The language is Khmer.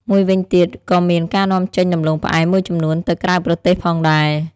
មួយវិញទៀត ក៏មានការនាំចេញដំឡូងផ្អែមមួយចំនួនទៅក្រៅប្រទេសផងដែរ។